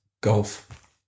golf